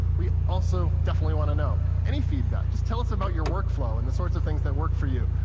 we also definitely want to know. any feedback, just tell us about your workflow, and the sorts of things that work for you.